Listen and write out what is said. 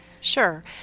Sure